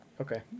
Okay